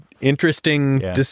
interesting